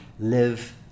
live